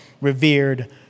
revered